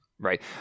Right